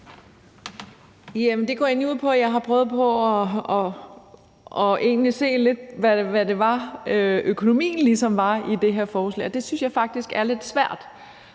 det går ud på, at jeg har prøvet på at se, hvad økonomien ligesom er i det her forslag, og det synes jeg faktisk er lidt svært.